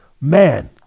Man